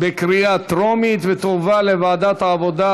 בקריאה טרומית ותועבר לוועדת העבודה,